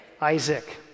Isaac